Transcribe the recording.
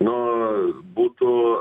nu būtų